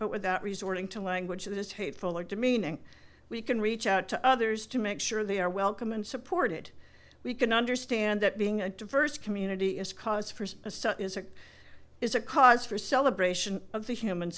but without resorting to language of this hateful or demeaning we can reach out to others to make sure they are welcome and supported we can understand that being a diverse community is cause for some is a is a cause for celebration of the human